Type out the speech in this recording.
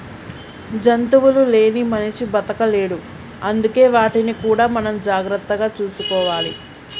జంతువులు లేని మనిషి బతకలేడు అందుకే వాటిని కూడా మనం జాగ్రత్తగా చూసుకోవాలి